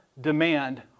demand